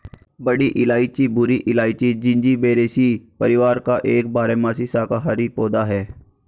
बड़ी इलायची भूरी इलायची, जिंजिबेरेसी परिवार का एक बारहमासी शाकाहारी पौधा है